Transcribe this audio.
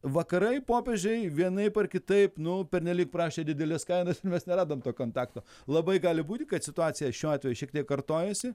vakarai popiežiai vienaip ar kitaip nu pernelyg prašė didelės kainos mes neradom to kontakto labai gali būti kad situacija šiuo atveju šiek tiek kartojasi